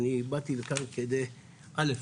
אני באתי לכאן כדי א'